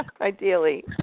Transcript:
ideally